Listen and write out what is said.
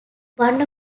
one